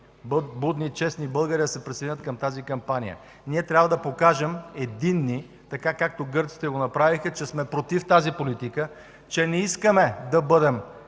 будни и честни българи да се присъединят към тази кампания. Ние трябва да се покажем единни, така както го направиха гърците, че сме против тази политика, че не искаме да бъдем